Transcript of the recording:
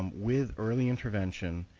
with early intervention,